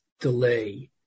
delay